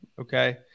Okay